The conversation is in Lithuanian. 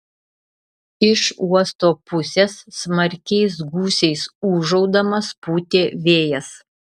iš uosto pusės smarkiais gūsiais ūžaudamas pūtė vėjas